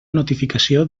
notificació